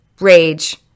rage